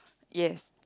yes